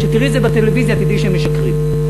תדעי שהם משקרים,